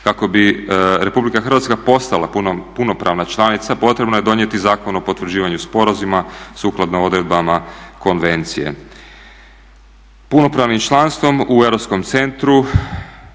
Kako bi Republika Hrvatska postala punopravna članica potrebno je donijeti Zakon o potvrđivanju sporazuma sukladno odredbama konvencije. Punopravnim članstvom u Europskom centru